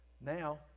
Now